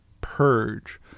purge